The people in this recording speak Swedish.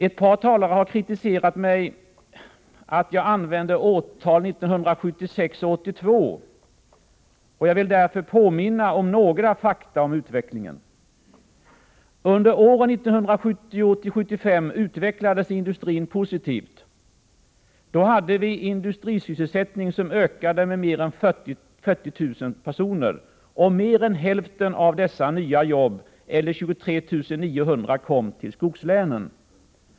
Ett par talare har kritiserat mig för att använda årtalen 1976 och 1982. Jag vill därför påminna om några fakta när det gäller utvecklingen. Under åren 1970-1975 utvecklades industrin positivt. Då ökade industrisysselsättningen med mer än 40 000 arbetstillfällen, med hälften av de nya arbetstillfällena, 23 900, i skogslänen.